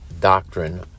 doctrine